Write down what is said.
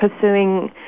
pursuing